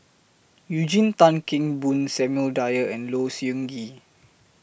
Eugene Tan Kheng Boon Samuel Dyer and Low Siew Nghee